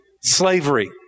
Slavery